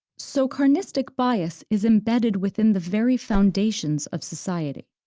so carnistic bias is embedded within the very foundations of society.